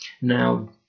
Now